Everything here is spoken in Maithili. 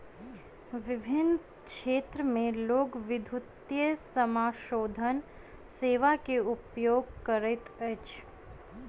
विभिन्न क्षेत्र में लोक, विद्युतीय समाशोधन सेवा के उपयोग करैत अछि